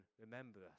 remember